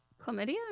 Chlamydia